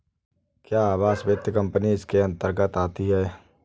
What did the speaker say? क्या आवास वित्त कंपनी इसके अन्तर्गत आती है?